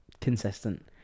consistent